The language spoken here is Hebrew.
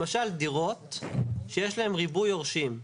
למשל דירות שיש להם ריבוי יורשים.